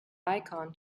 icon